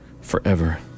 forever